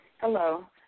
Hello